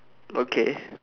okay